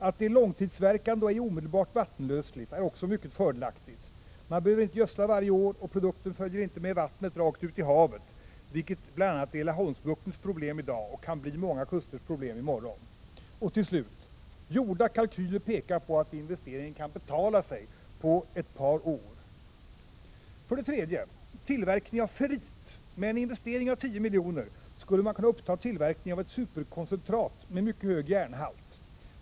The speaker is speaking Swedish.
Att det är långtidsverkande och ej omedelbart vattenlösligt är också mycket fördelaktigt — man behöver inte gödsla varje år, och produkten följer inte med vattnet rakt ut i havet, vilket bl.a. är Laholmsbuktens problem i dag och kan bli många kusters problem i morgon. Och till slut: Gjorda kalkyler pekar på att investeringen kan betala sig på ett par år. 3. Tillverkning av ferrit Med en investering av 10 miljoner skulle man kunna uppta tillverkning av ett superkoncentrat med mycket hög järnhalt.